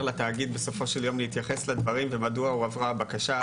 לתאגיד בסופו של יום להתייחס לדברים ומדוע הועברה הבקשה.